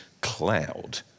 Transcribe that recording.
cloud